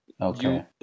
Okay